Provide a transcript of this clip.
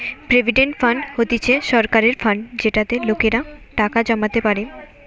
provident fund হতিছে সরকারের fund যেটাতে লোকেরা টাকা জমাতে পারে